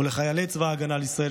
ולחיילי צבא ההגנה לישראל,